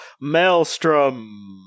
Maelstrom